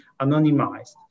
anonymized